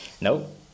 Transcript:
Nope